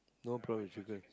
no problem with chicken